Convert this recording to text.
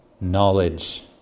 knowledge